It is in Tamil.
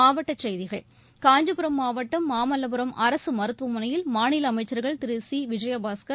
மாவட்டச் செய்தி காஞ்சிபுரம் மாவட்டம் மாமல்லபுரம் அரசு மருத்துவமனையில் மாநில அமைச்சர்கள் திரு சி விஜயபாஸ்கர்